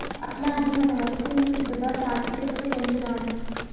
అట్లాగే మన వరి సేను సుట్టుతా తాటిసెట్లు పెంచుదాము